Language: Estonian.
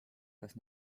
kas